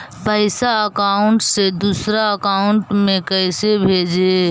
पैसा अकाउंट से दूसरा अकाउंट में कैसे भेजे?